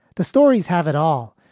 the stories have it all.